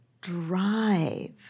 drive